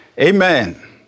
Amen